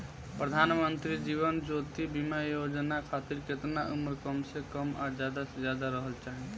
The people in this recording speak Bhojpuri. प्रधानमंत्री जीवन ज्योती बीमा योजना खातिर केतना उम्र कम से कम आ ज्यादा से ज्यादा रहल चाहि?